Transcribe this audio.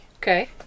Okay